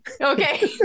okay